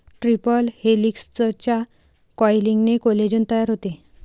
triple हेलिक्सच्या कॉइलिंगने collagen तयार होते